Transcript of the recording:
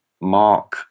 Mark